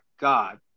God